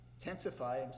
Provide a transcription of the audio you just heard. intensify